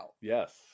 Yes